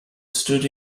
stood